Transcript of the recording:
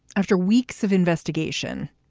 after weeks of investigation,